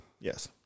Yes